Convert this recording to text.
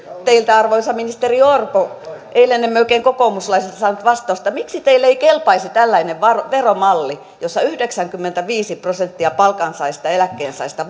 teiltä arvoisa ministeri orpo kun eilen emme oikein kokoomuslaisilta saaneet vastausta miksi teille ei kelpaisi tällainen veromalli jossa yhdeksänkymmentäviisi prosenttia palkansaajista ja eläkkeensaajista